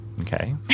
Okay